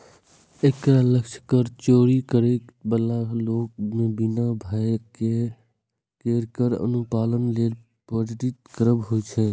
एकर लक्ष्य कर चोरी करै बला लोक कें बिना भय केर कर अनुपालन लेल प्रेरित करब होइ छै